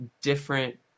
different